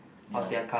ya